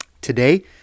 Today